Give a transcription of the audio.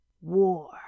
War